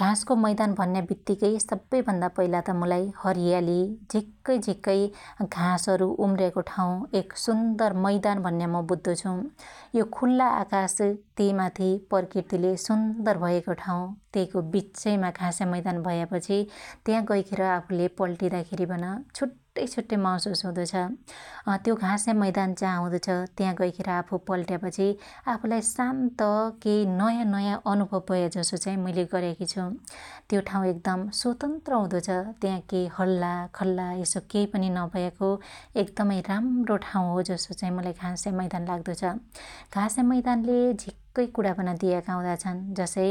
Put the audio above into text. घासको मैदान भन्या बित्त्तीकै सब्बै भन्दा पइला त मुलाई हरीयाली झिक्कै झिक्कै घासहरु उम्र्याको ठाँउ एक सुन्दर मैदान भन्या मु बुद्दो छु । यो खुल्ला आकाश तैमाथि प्रकृतिले सुन्दर भयाको ठाँउ त्यइको बिच्चैमा घास्यामैदान भयापछी त्या गैखेर आफुले पल्टीदा खेरि पन छुट्टै छुट्टै महशुस हुदो छ । त्यो घास्यामैदान जा हुदो छ त्या गैखेर आफु पल्ट्यापछी आफुलाई शान्त केइ नँया नँया अनुभव भयाजसो चाई मुइले गर्याकी छु । त्यो ठाँउ एकदम स्वतन्त्र हुदो छ, त्या केइ हल्ला खल्ला यसो केइपनी नभयाको एकदमै राम्रो ठाँउ हो जसो चाइ मुलाई घासेमैदान लाग्दो छ । घासेमैदानले झिक्कै कुणापन दियाका हुदाछन् । जसै